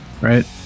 right